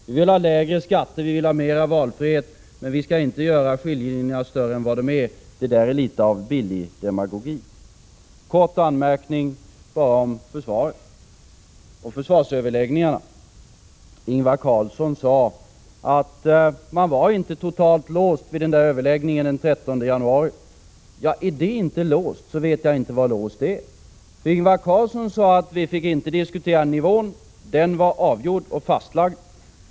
Vi vill ha lägre skatter, vi vill ha mera valfrihet — men vi skall inte göra skiljelinjerna större än de är. Det där är litet av billig demagogi. Kort anmärkning bara om försvaret och försvarsöverläggningarna. Ingvar Carlsson sade att man inte var totalt låst vid överläggningarna den 13 januari. Ja, är inte det att vara låst, så vet jag inte vad låst är. Ingvar Carlsson framhöll vid överläggningarna att vi inte fick diskutera nivån — den var avgjord och fastlagd.